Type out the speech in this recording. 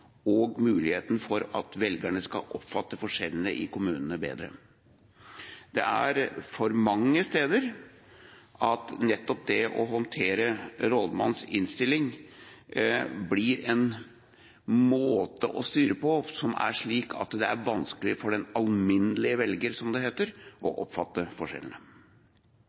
og på muligheten for at velgerne skal oppfatte forskjellene i kommunene bedre. For mange steder blir nettopp det å håndtere rådmannens innstilling en måte å styre på som gjør det vanskelig for den alminnelige velger – som det heter – å oppfatte forskjellene.